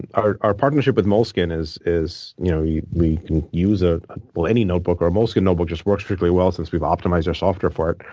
our our partnership with moleskin is is you know yeah we use ah any notebook. or a moleskin notebook just works really well since we've optimized our software for it.